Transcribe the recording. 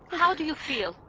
how do you feel?